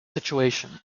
situation